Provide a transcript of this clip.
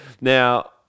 Now